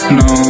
no